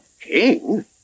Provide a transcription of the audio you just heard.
King